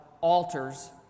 Altars